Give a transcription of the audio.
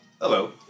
Hello